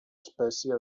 espècie